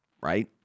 Right